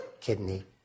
kidney